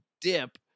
dip